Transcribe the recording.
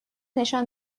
نشان